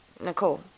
Nicole